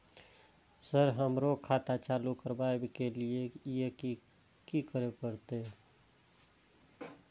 Sir हमरो खाता चालू करबाबे के ली ये की करें परते?